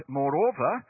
moreover